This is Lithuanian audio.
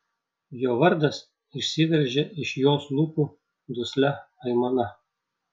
jo vardas išsiveržė iš jos lūpų duslia aimana